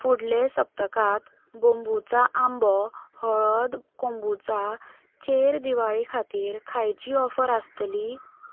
फुडले सप्तकात बोंबुचा आंबो हळद कोंबुचा चेर दिवाळे खातीर खांयची ऑफर आसतली